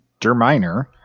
Derminer